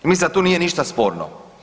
I mislim da tu nije ništa sporno.